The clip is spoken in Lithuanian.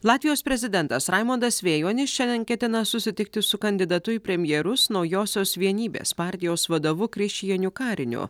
latvijos prezidentas raimondas vėjuonis šiandien ketina susitikti su kandidatu į premjerus naujosios vienybės partijos vadovu krišjaniu kariniu